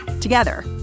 Together